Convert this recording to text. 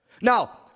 Now